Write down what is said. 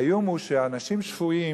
האיום הוא שאנשים שפויים